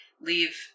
leave